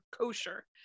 kosher